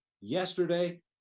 Yesterday